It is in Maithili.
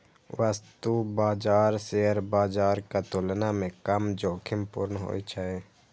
वस्तु बाजार शेयर बाजारक तुलना मे कम जोखिमपूर्ण होइ छै